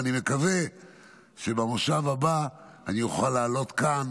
ואני מקווה שבמושב הבא אני אוכל לעלות לכאן